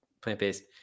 plant-based